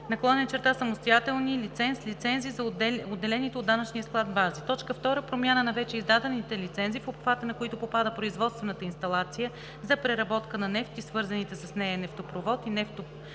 самостоятелен/самостоятелни лиценз/лицензи за отделените от данъчния склад бази; 2. промяна на вече издадени лицензи, в обхвата на които попада производствена инсталация за преработка на нефт и свързаните с нея нефтопровод и нефтопродуктопровод